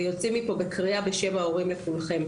ויוצאים מפה בקריאה בשם ההורים לכולכם.